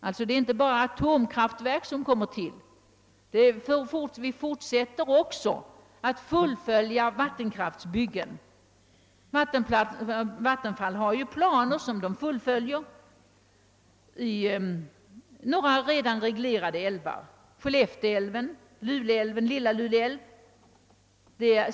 Det är alltså inte enbart atomkraftverk som kommer till — vi fullföljer också vattenkraftbyggen. Vattenfall har utbyggnadsplaner för några redan reglerade älvar, nämligen Skellefte älv, Lule älv och Lilla Lule älv.